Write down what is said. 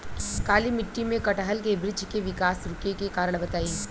काली मिट्टी में कटहल के बृच्छ के विकास रुके के कारण बताई?